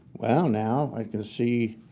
well now, i can see